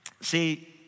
See